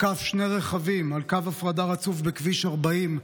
עקף שני רכבים על קו הפרדה רצוף בכביש 40,